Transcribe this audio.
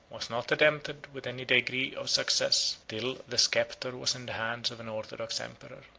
was not attempted with any degree of success till the sceptre was in the hands of an orthodox emperor.